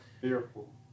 fearful